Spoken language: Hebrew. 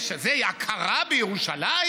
זו הכרה בירושלים?